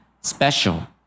special